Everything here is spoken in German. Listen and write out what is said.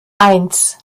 eins